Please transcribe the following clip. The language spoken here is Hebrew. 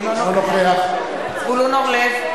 אינו נוכח זבולון אורלב,